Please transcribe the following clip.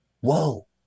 Whoa